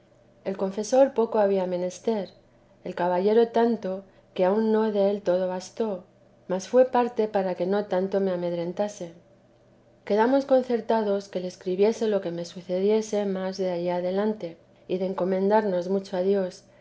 el confesor poco había menester el caballero tanto que aun no del todo bastó mas fué parte para que no tanto me amedrenta quedamos concertados que le escribiese lo que me sucediese más de allí adelante y de encomendarnos mucho a dios